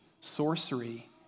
sorcery